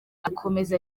akomeza